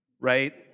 right